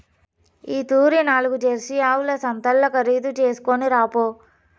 ఈ తూరి నాల్గు జెర్సీ ఆవుల సంతల్ల ఖరీదు చేస్కొని రాపో